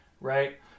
right